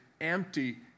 empty